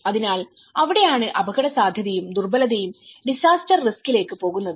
അതിനാൽ അവിടെയാണ് അപകടസാധ്യതയും ദുർബലതയും ഡിസാസ്റ്റർ റിസ്കിലേക്ക് പോകുന്നത്